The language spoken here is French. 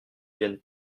viennent